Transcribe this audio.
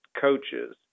coaches